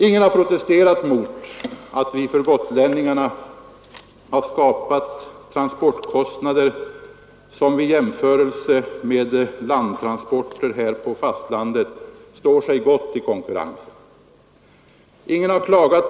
Ingen har protesterat emot att vi för gotlänningarna har skapat transportkostnader som i jämförelse med landtransporter på fastlandet står sig gott i konkurrensen.